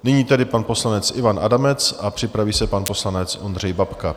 Nyní tedy pan poslanec Ivan Adamec a připraví se pan poslanec Ondřej Babka.